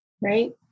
right